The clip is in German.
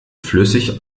flüssig